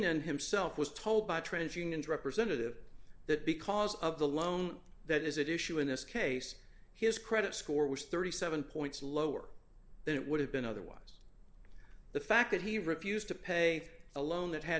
and himself was told by a trans union representative that because of the loan that is it issue in this case his credit score was thirty seven points lower than it would have been otherwise the fact that he refused to pay a loan that had